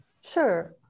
Sure